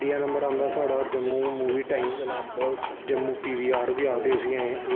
त्रीआ नम्बर आंदा साढ़ा Jammu movie time Jammu P V R B आखदे उसी अहें